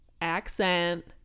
accent